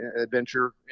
adventure